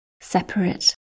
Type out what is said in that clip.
separate